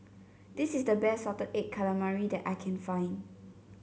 this is the best Salted Egg Calamari that I can find